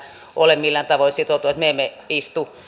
ole millään tavoin sitoutuneet me emme istu